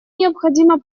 необходима